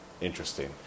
interesting